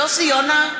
יוסי יונה,